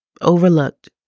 overlooked